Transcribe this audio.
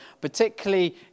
particularly